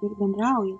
ir bendrauja